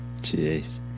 Jeez